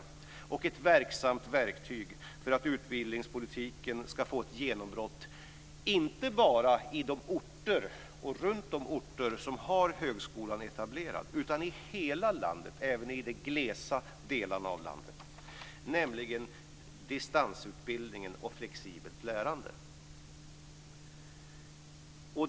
Det rör sig om ett verktyg i arbetet för att utbildningspolitiken ska få genomslag inte bara på de orter där högskolan är etablerad utan i hela landet - även i de glesbefolkade delarna. Jag talar om distansutbildningen och det flexibla lärandet.